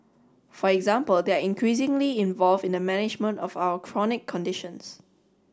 for example they are increasingly involved in the management of our chronic conditions